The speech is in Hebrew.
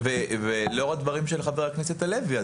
לאור הדברים של חבר הכנסת הלוי,